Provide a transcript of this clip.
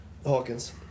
Hawkins